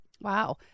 Wow